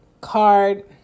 card